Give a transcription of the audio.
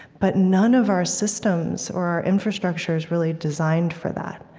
but none of our systems or our infrastructure is really designed for that.